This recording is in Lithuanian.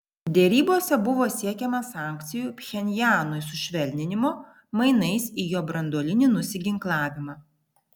derybose buvo siekiama sankcijų pchenjanui sušvelninimo mainais į jo branduolinį nusiginklavimą